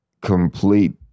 complete